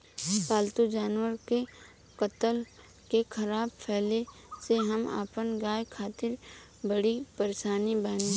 पाल्तु जानवर के कत्ल के ख़बर फैले से हम अपना गाय खातिर बड़ी परेशान बानी